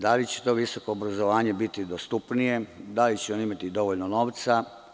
Da li će to visoko obrazovanje biti dostupnije, da li će oni imati dovoljno novca?